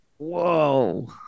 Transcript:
Whoa